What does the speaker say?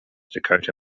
dakota